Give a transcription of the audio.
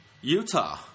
Utah